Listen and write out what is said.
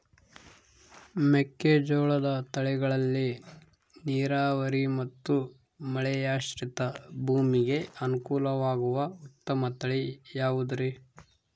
ಮೆಕ್ಕೆಜೋಳದ ತಳಿಗಳಲ್ಲಿ ನೇರಾವರಿ ಮತ್ತು ಮಳೆಯಾಶ್ರಿತ ಭೂಮಿಗೆ ಅನುಕೂಲವಾಗುವ ಉತ್ತಮ ತಳಿ ಯಾವುದುರಿ?